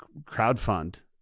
crowdfund